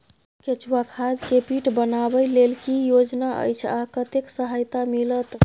केचुआ खाद के पीट बनाबै लेल की योजना अछि आ कतेक सहायता मिलत?